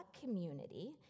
community